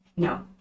No